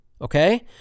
Okay